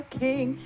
king